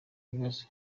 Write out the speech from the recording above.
ibibazo